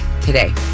today